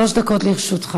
שלוש דקות לרשותך.